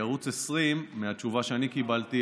מהתשובה שאני קיבלתי,